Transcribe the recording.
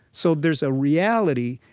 so there's a reality,